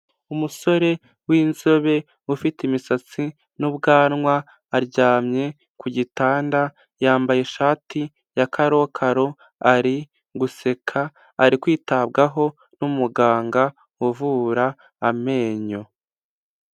Umusore w'inzobe ufite imisatsi n'ubwanwa, aryamye ku gitanda, yambaye ishati ya karokaro, ari guseka, ari kwitabwaho n'umuganga uvura amenyo.